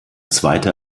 zweite